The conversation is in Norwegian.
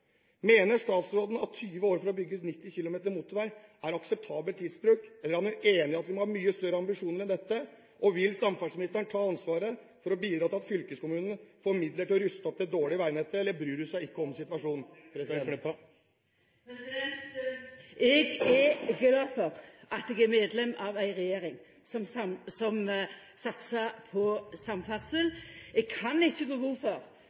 20 år for å bygge 90 km motorvei er akseptabel tidsbruk, eller er hun enig i at vi må ha mye større ambisjoner enn dette? Vil samferdselsministeren ta ansvaret for å bidra til at fylkeskommunene får midler til å ruste opp det dårlige veinettet, eller bryr hun seg ikke om situasjonen? Eg er glad for at eg er medlem av ei regjering som satsar på samferdsel. Eg kan ikkje gå god for